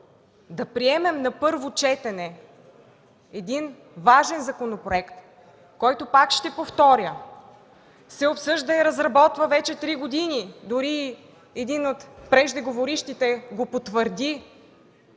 да приемем на първо четене един важен законопроект, който, пак ще повторя, се обсъжда и разработва вече три години. Дори един от преждеговорившите го потвърди.